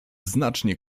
znacznie